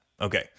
Okay